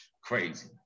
Crazy